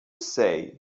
say